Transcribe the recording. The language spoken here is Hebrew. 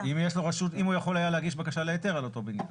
אם הוא יכול היה להגיש בקשה להיתר על אותו בניין.